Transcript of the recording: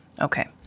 Okay